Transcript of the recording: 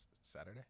Saturday